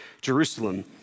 Jerusalem